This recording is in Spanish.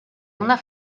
una